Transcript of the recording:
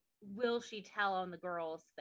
will-she-tell-on-the-girls